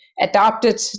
adopted